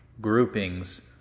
groupings